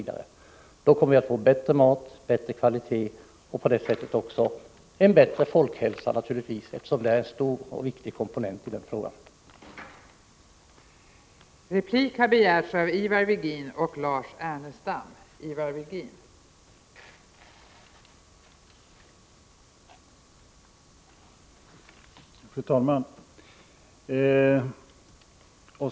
Då får vi en bättre kvalitet på maten och på det sättet naturligtvis även en bättre folkhälsa, eftersom maten är en viktig komponent när det gäller den frågan.